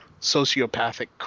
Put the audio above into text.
sociopathic